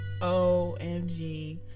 OMG